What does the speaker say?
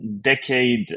decade